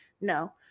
no